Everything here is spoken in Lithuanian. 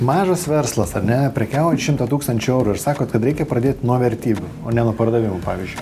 mažas verslas ar ne prekiaujat šimtą tūkstančių eurų ir sakot kad reikia pradėt nuo vertybių o ne nuo pardavimų pavyzdžiui